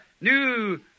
new